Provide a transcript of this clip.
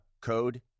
code